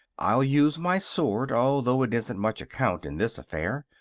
i'll use my sword, although it isn't much account in this affair.